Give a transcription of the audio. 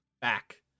back